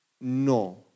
No